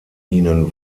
ihnen